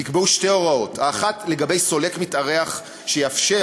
נקבעו שתי הוראות: האחת לגבי סולק מתארח שיאפשר